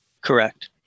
Correct